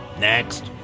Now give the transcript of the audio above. Next